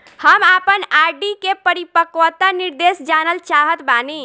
हम आपन आर.डी के परिपक्वता निर्देश जानल चाहत बानी